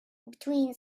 between